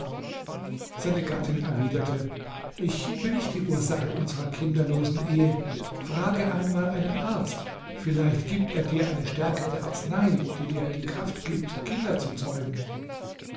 seine gattin erwiderte ich bin nicht die ursache unserer kinderlosen ehe frage einmal einen arzt vielleicht gibt er dir eine stärkende arznei die dir die kraft gibt kinder zu zeugen